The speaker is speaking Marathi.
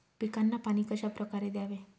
पिकांना पाणी कशाप्रकारे द्यावे?